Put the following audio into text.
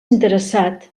interessat